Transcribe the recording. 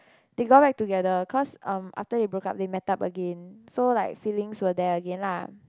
they got back together cause um after they broke up they met up again so like feelings were there again lah